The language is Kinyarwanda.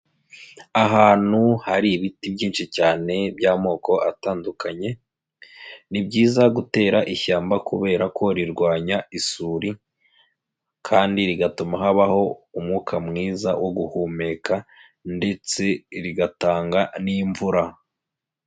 Ahantu hari ibiti byinshi cyane by'amoko atandukanye, ni byiza gutera ishyamba kubera ko rirwanya isuri kandi rigatuma habaho umwuka mwiza wo guhumeka ndetse rigatanga n'imvura.